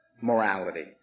morality